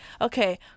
okay